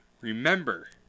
remember